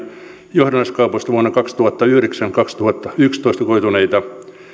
johdannaiskaupoista vuosina kaksituhattayhdeksän viiva kaksituhattayksitoista koituneita